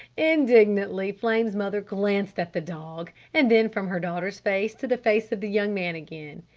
indignantly flame's mother glanced at the dog, and then from her daughter's face to the face of the young man again.